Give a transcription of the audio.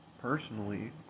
personally